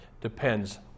depends